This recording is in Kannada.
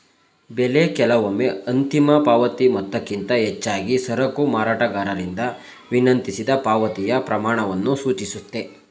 ಬೆಲೆ ಕೆಲವೊಮ್ಮೆ ಅಂತಿಮ ಪಾವತಿ ಮೊತ್ತಕ್ಕಿಂತ ಹೆಚ್ಚಾಗಿ ಸರಕು ಮಾರಾಟಗಾರರಿಂದ ವಿನಂತಿಸಿದ ಪಾವತಿಯ ಪ್ರಮಾಣವನ್ನು ಸೂಚಿಸುತ್ತೆ